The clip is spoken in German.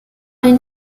den